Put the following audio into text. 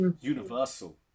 universal